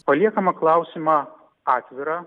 paliekama klausimą atvirą